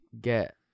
get